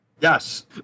Yes